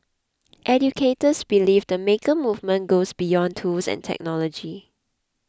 educators believe the maker movement goes beyond tools and technology